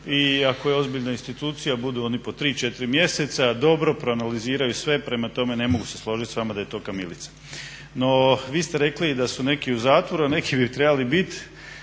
I ako je ozbiljna institucija budu oni po tri, četiri mjeseca, dobro proanaliziraju sve. Prema tome, ne mogu se složiti sa vama da je to kamilica. No, vi ste rekli da su neki u zatvoru, a neki bi trebali bit.